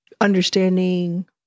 understanding